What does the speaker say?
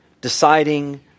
deciding